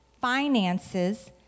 finances